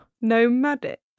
Nomadic